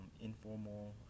informal